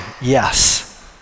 yes